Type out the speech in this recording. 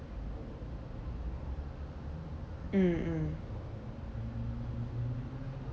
mm mm